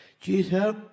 Jesus